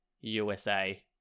USA